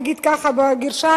נגיד כך במירכאות,